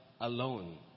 alone